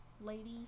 lady